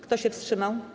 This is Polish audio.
Kto się wstrzymał?